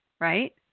right